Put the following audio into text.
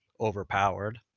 overpowered